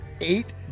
eight